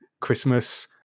Christmas